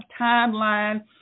timeline